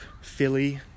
Philly